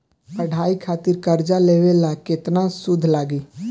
पढ़ाई खातिर कर्जा लेवे पर केतना सूद लागी?